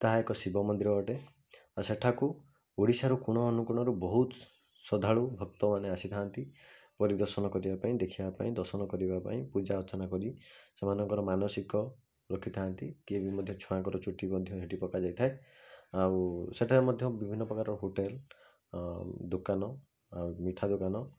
ତାହା ଏକ ଶିବ ମନ୍ଦିର ଅଟେ ଆଉ ସେଠାକୁ ଓଡ଼ିଶାରୁ କୋଣ ଅନୁକୋଣରୁ ବହୁତ ଶ୍ରଦ୍ଧାଳୁ ଭକ୍ତ ମାନେ ଆସିଥାନ୍ତି ପରିଦର୍ଶନ କରିବାପାଇଁ ଦେଖିବା ପାଇଁ ଦର୍ଶନ କରିବା ପାଇଁ ପୂଜା ଅର୍ଚ୍ଚନା କରି ସେମାନଙ୍କର ମାନସିକ ରଖିଥାନ୍ତି କିଏ ବି ମଧ୍ୟ ଛୁଆଙ୍କର ଚୁଟି ମଧ୍ୟ ହେଠି ପକାଯାଇଥାଏ ଆଉ ସେଠାରେ ମଧ୍ୟ ବିଭିନ୍ନ ପ୍ରକାରର ହୋଟେଲ୍ ଦୋକାନ ଆଉ ମିଠା ଦୋକାନ